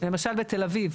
למשל בתל אביב,